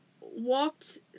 walked